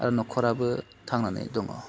आरो नखराबो थांनानै दङ